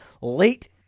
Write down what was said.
Late